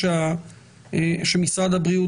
"סגר נושם",